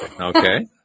Okay